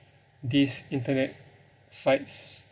these internet sites